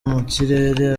mukirere